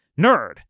nerd